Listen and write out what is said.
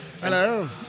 Hello